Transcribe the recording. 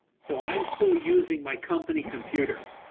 so i'm still using my company computer.